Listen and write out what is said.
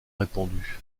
répondu